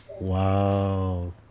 Wow